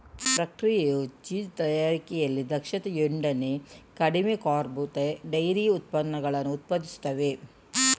ಪ್ರಕ್ರಿಯೆಯು ಚೀಸ್ ತಯಾರಿಕೆಯಲ್ಲಿ ದಕ್ಷತೆಯೊಡನೆ ಕಡಿಮೆ ಕಾರ್ಬ್ ಡೈರಿ ಉತ್ಪನ್ನಗಳನ್ನು ಉತ್ಪಾದಿಸುತ್ತದೆ